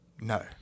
no